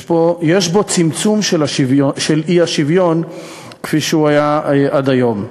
יש בו צמצום של האי-שוויון כפי שהוא היה עד היום.